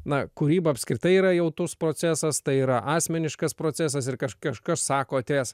na kūryba apskritai yra jautrus procesas tai yra asmeniškas procesas ir kaž kažkas sako atėjęs